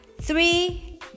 three